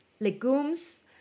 Legumes